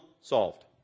solved